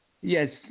Yes